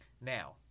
now